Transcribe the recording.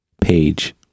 Page